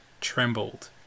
trembled